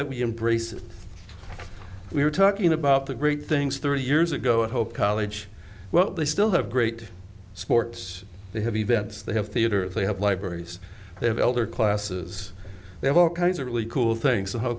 it we were talking about the great things thirty years ago i hope college well they still have great sports they have events they have theater they have libraries they have elder classes they have all kinds of really cool things on how